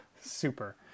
Super